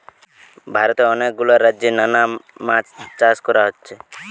ভারতে অনেক গুলা রাজ্যে নানা মাছ চাষ কোরা হচ্ছে